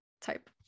type